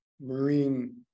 marine